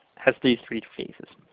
has these three phases.